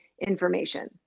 information